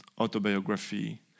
autobiography